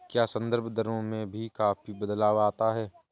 क्या संदर्भ दरों में भी काफी बदलाव आता है?